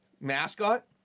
mascot